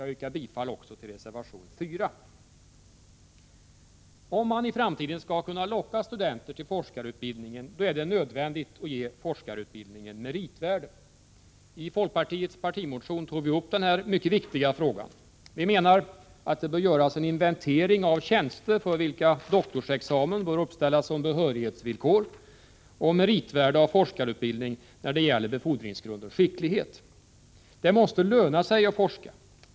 Jag yrkar bifall också till reservation 4. Om man i framtiden skall kunna locka studenter till forskarutbildning är det nödvändigt att forskarutbildningen ges meritvärde. I folkpartiets partimotion tog vi upp den här mycket viktiga frågan. Vi menar att det bör göras en inventering av tjänster för vilka doktorsexamen bör uppställas som behörighetsvillkor. Vi gör i reservationen också ett uttalande om forskarutbildningens meritvärde när det gäller befordringsgrunden skicklighet. Det måste löna sig att forska.